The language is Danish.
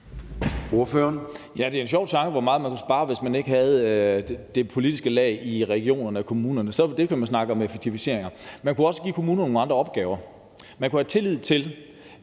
Det er en sjov tanke, hvor meget man kunne spare, hvis man ikke havde det politiske lag i regionerne og kommunerne. Der kan man snakke om effektiviseringer. Man kunne også give kommunerne nogle andre opgaver. Man kunne have tillid til,